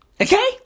okay